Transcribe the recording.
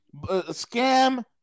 Scam